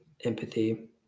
empathy